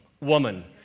woman